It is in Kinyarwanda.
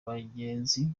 bagenzi